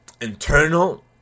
internal